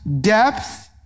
depth